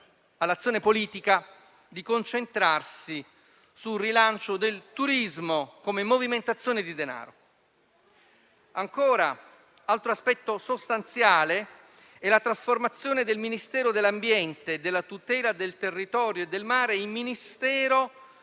all'azione politica di concentrarsi sul rilancio del turismo come movimentazione di denaro. Un altro aspetto sostanziale riguarda la trasformazione del Ministero dell'ambiente e della tutela del territorio e del mare in Ministero